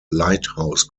lighthouse